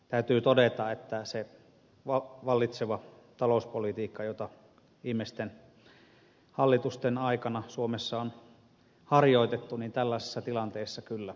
täytyy todeta että se vallinnut talouspolitiikka jota viimeisten hallitusten aikana suomessa on harjoitettu tällaisessa tilanteessa kyllä osoittaa oikeutuksensa